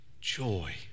joy